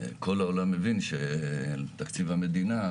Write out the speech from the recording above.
כל העולם מבין שאין תקציב המדינה,